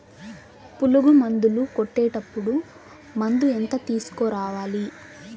పులుగు మందులు కొట్టేటప్పుడు మందు ఎంత తీసుకురావాలి?